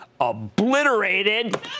obliterated